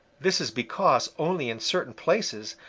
this is because only in certain places,